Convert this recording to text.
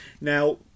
Now